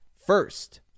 first